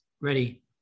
ready